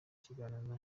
kiganiro